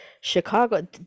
Chicago